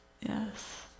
yes